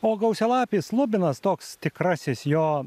o gausialapis kubinas toks tikrasis jo